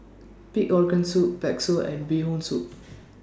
Pig Organ Soup Bakso and Bee Hoon Soup